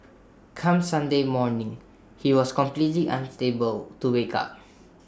come Sunday morning he was completely unstable to wake up